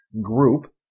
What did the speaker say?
group